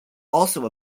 also